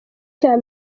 cya